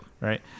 Right